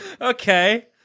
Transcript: Okay